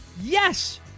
yes